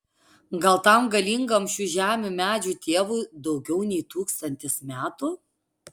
gal tam galingam šių žemių medžių tėvui daugiau nei tūkstantis metų